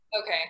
Okay